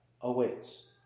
awaits